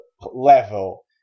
level